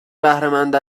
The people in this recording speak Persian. بهرهمند